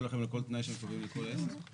לכם על כל תנאי שהם קובעים לכל עסק?